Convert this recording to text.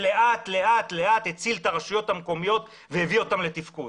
שלאט הציל את הרשויות המקומיות והחזיר אותן לתפקוד.